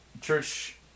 Church